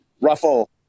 ruffle